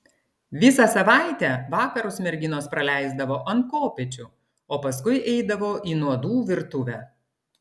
visą savaitę vakarus merginos praleisdavo ant kopėčių o paskui eidavo į nuodų virtuvę